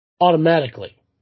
Automatically